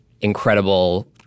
incredible